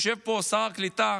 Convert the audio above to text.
יושב פה שר הקליטה,